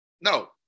No